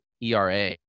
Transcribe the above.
ERA